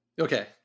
okay